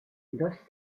dos